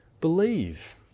believe